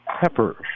Pepper